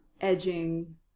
edging